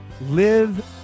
Live